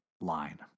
line